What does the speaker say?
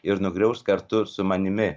ir nugriaus kartu su manimi